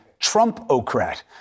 Trumpocrat